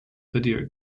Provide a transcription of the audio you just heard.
video